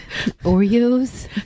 Oreos